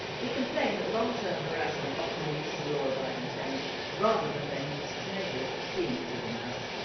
he complained that long-term harassment often leads to law abiding tenants, rather than their nuisance neighbours, being driven out.